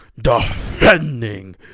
Defending